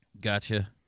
Gotcha